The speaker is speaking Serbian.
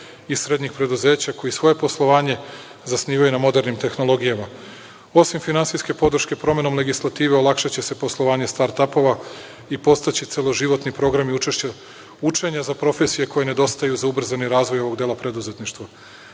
i srednjih preduzeća koji svoje poslovanje zasnivaju na modernim tehnologijama. Osim finansijske podrške promenom legislative olakšaće se poslovanje startapova i postaće celoživotni programi učenja za profesije koje nedostaju za ubrzani razvoj ovog dela preduzetništva.